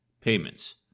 Payments